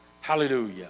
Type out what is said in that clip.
Hallelujah